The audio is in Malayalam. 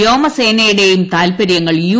വ്യോമസേനയുടെയും താൽപര്യങ്ങൾ യ്യു